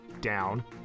down